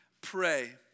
pray